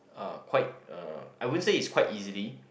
ah quite uh I wouldn't is quite easily